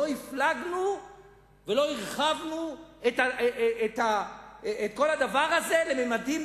לא הפלגנו ולא הרחבנו את כל הדבר הזה לממדים